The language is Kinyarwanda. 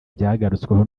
byagarutsweho